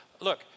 look